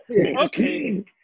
Okay